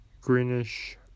greenish